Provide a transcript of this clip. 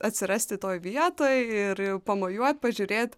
atsirasti toj vietoj ir ir pamojuot pažiūrėt